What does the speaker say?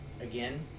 again